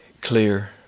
clear